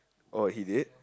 oh he did